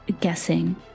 guessing